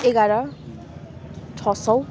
एघार छ सौ